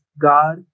God